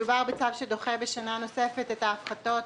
מדובר בצו שדוחה בשנה נוספת את ההפחתות